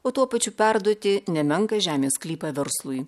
o tuo pačiu perduoti nemenką žemės sklypą verslui